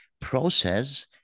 process